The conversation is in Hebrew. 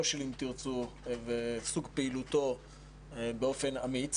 של "אם תרצו" ועם סוג פעילותו באופן אמיץ.